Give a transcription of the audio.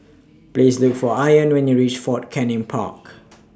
Please Look For Ione when YOU REACH Fort Canning Park